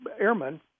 airmen